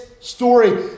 story